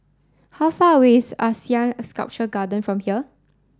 how far away is ASEAN Sculpture Garden from here